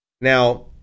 Now